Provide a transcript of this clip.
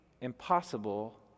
impossible